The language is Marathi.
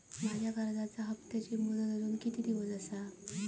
माझ्या कर्जाचा हप्ताची मुदत अजून किती दिवस असा?